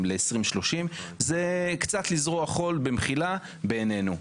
ל-2030 זה קצת לזרוע חול במחילה בעינינו.